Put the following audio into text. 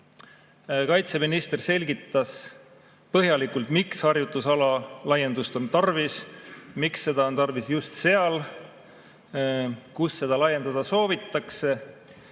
laiemalt. Kaitseminister selgitas põhjalikult, miks harjutusala laiendust on tarvis, miks seda on tarvis just seal, kus seda laiendada soovitakse,